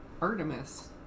Artemis